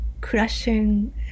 crushing